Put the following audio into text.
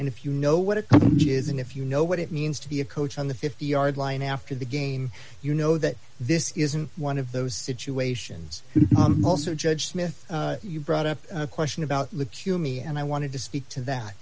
and if you know what it is and if you know what it means to be a coach on the fifty yard line after the game you know that this isn't one of those situations most are judged myth you brought up a question about look you me and i wanted to speak to that